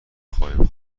خواهیم